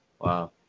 Wow